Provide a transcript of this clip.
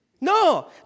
No